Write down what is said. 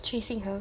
chasing her